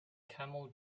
camel